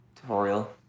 Tutorial